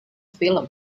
film